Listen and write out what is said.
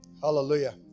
Hallelujah